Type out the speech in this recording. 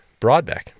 Broadback